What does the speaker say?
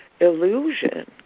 illusion